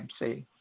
MC